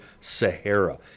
Sahara